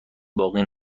باقی